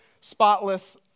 spotless